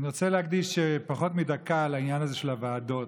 אני רוצה להקדיש פחות מדקה לעניין הזה של הוועדות.